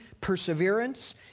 perseverance